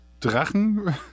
Drachen